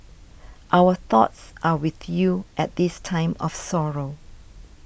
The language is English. our thoughts are with you at this time of sorrow